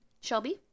Shelby